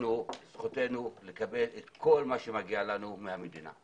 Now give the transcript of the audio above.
זכותנו לקבל את כל מה שמגיע לנו מהמדינה.